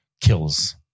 kills